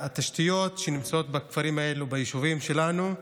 התשתיות שנמצאות בכפרים האלה, ביישובים שלנו,